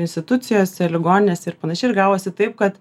institucijose ligoninėse ir panašiai ir gavosi taip kad